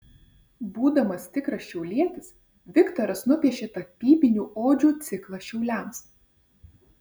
būdamas tikras šiaulietis viktoras nupiešė tapybinių odžių ciklą šiauliams